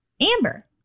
Amber